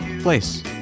place